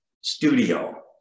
studio